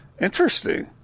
interesting